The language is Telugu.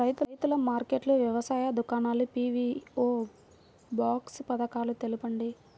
రైతుల మార్కెట్లు, వ్యవసాయ దుకాణాలు, పీ.వీ.ఓ బాక్స్ పథకాలు తెలుపండి?